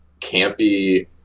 campy